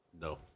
No